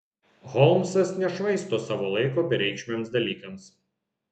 holmsas nešvaisto savo laiko bereikšmiams dalykams